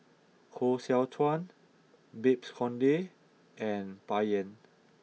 Koh Seow Chuan Babes Conde and Bai Yan